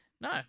No